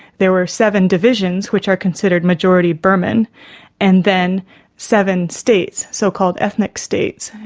there were seven divisions which are considered majority burman and then seven states, so-called ethnic states,